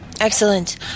excellent